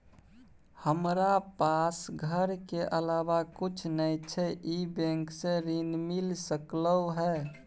हमरा पास घर के अलावा कुछ नय छै ई बैंक स ऋण मिल सकलउ हैं?